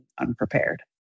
unprepared